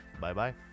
Bye-bye